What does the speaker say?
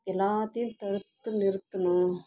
எல்லாத்தையும் தடுத்து நிறுத்தணும்